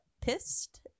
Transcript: pissed